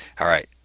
alright.